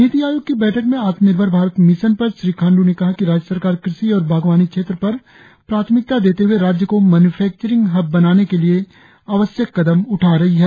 नीति आयोग की बैठक में आत्मनिर्भर भारत मिशन पर श्री खाण्ड्र ने कहा कि राज्य सरकार कृषि और बागवानी क्षेत्र पर प्राथमिकता देते हए राज्य को मेन्यूपेक्चरिंग हब बनाने के लिए आवश्यक कदम उठा रही है